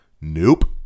Nope